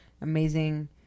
amazing